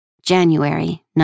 January